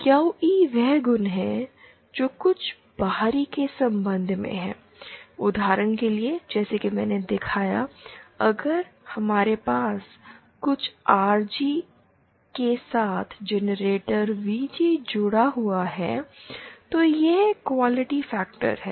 Q ई वह गुण है जो कुछ बाहरी के संबंध में है उदाहरण के लिए जैसा कि मैंने दिखाया अगर हमारे पास कुछ आर जी के साथ जेनरेटर वीजी जुड़ा हुआ है तो यह क्वालिटी फैक्टर है